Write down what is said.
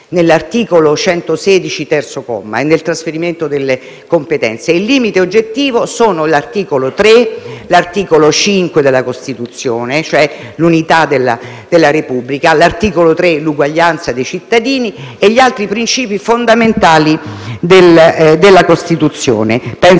nell'articolo 116, terzo comma, e nel trasferimento delle competenze, costituito dall'articolo 5 della Costituzione, sull'unità della Repubblica, dall'articolo 3, sull'uguaglianza dei cittadini, e dagli altri principi fondamentali della Costituzione,